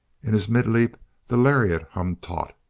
in his mid-leap the lariat hummed taut,